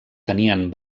tenien